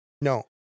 No